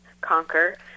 conquer